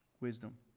wisdom